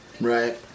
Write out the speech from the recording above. right